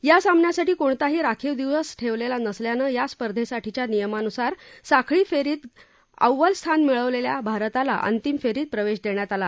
या सामन्यासाठी कोणताही राखीव दिवस ठेवलेला नसल्यानं या स्पर्धेसाठीच्या नियमानुसार साखळी फेरीत अटात अव्वल स्थान मिळवलेल्या भारताला अंतिम फेरीत प्रवेश देण्यात आला